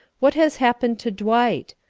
what has happened to dwight?